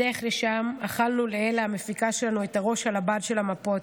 בדרך לשם אכלנו לאלה המפיקה שלנו את הראש על הבד של המפות.